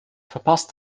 verpasst